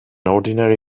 ordinary